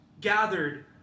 gathered